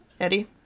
Eddie